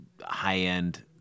high-end